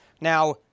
Now